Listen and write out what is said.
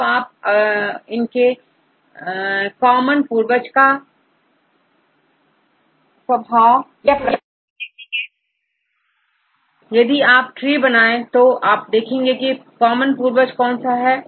अब आप इनके कॉमन पूर्वज का स्वभाव या प्रकृति देखेंगे अब यदि आप ट्री बनाएं तो आप देखें की कॉमन पूर्वज कौन है